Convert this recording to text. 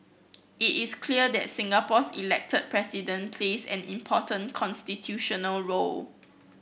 it is clear that Singapore's elected President plays an important constitutional role